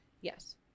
Yes